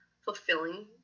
fulfilling